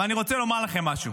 אבל אני רוצה לומר לכם משהו.